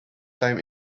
time